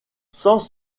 sans